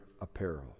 apparel